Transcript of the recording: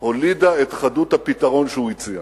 הולידה את חדות הפתרון שהוא הציע.